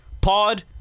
pod